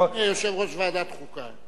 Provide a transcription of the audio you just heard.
אדוני יושב-ראש ועדת חוקה,